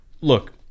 look